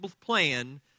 plan